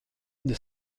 the